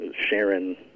Sharon